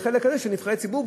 בחלק הזה של נבחרי ציבור,